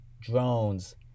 drones